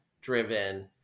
driven